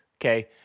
okay